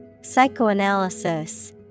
Psychoanalysis